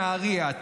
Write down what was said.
נהריה,